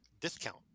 discount